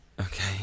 Okay